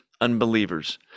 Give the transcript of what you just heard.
unbelievers